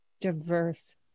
diverse